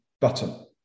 button